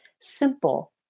simple